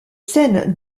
scènes